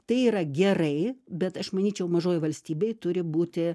tai yra gerai bet aš manyčiau mažoj valstybėj turi būti